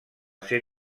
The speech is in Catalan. ser